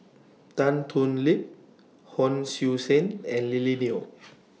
Tan Thoon Lip Hon Sui Sen and Lily Neo